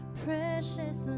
precious